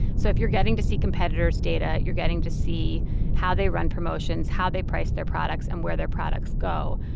so if you're getting to see competitors' data, you're getting to see how they run promotions, how they price their products and where their products go.